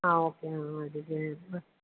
ആ ഓക്കെ ആ